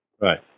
Right